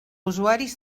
usuaris